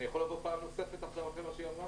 אני יכול לבוא פעם נוספת עכשיו אחרי מה שהיא אמרה?